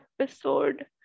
episode